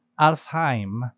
Alfheim